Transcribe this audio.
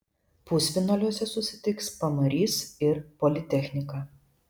pusfinaliuose susitiks pamarys ir politechnika